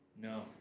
No